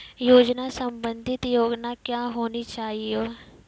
योजना संबंधित योग्यता क्या होनी चाहिए?